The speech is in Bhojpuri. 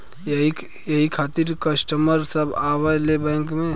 यही खातिन कस्टमर सब आवा ले बैंक मे?